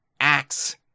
axe